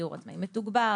"דיור עצמאי מתוגבר"